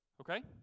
Okay